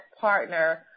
partner